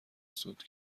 سود